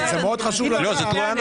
זה מאוד חשוב לדעת.